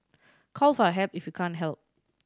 call for help if you can't help